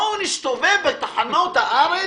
נסתובב בתחנות הארץ,